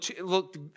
look